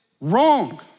wrong